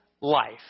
life